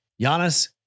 Giannis